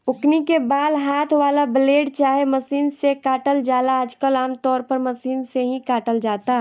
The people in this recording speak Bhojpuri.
ओकनी के बाल हाथ वाला ब्लेड चाहे मशीन से काटल जाला आजकल आमतौर पर मशीन से ही काटल जाता